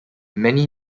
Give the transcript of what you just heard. many